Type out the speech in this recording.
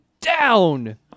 down